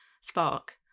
spark